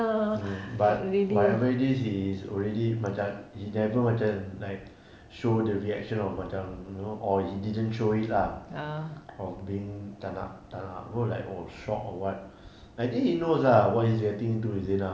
mm but whatever it is he is already macam he never macam like show the reaction of macam you know or he didn't show it lah of being tak nak tak nak apa oh like shock or what I think he knows ah what he's getting into with zina